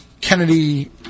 kennedy